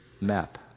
Map